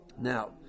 Now